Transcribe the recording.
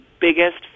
biggest